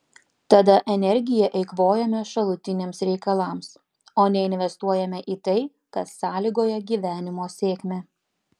tada energiją eikvojame šalutiniams reikalams o neinvestuojame į tai kas sąlygoja gyvenimo sėkmę